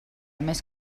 més